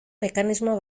mekanismo